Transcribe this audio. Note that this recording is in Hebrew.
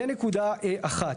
זו נקודה אחת.